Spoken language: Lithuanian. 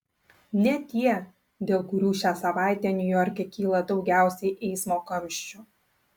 ne tie dėl kurių šią savaitę niujorke kyla daugiausiai eismo kamščių